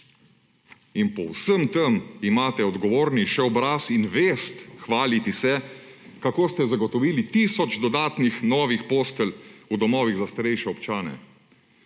In po vsem tem imate odgovorni še obraz in vest hvaliti se, kako ste zagotovili tisoč dodatnih novih postelj v domovih za starejše občane,